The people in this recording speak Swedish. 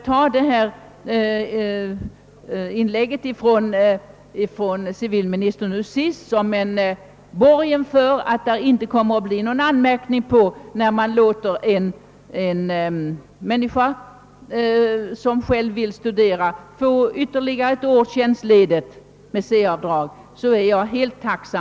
Om jag får uppfatta civilministerns senaste inlägg som en borgen för att det inte kommer att bli någon anmärkning, om verken låter en människa som själv vill studera få ytterligare ett års tjänstledighet med C-avdrag, är jag därför tacksam.